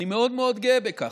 אני מאוד מאוד גאה בכך.